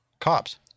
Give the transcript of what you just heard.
cops